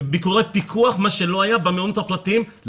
ביקורי פיקוח לראשונה במעונות הפרטיים.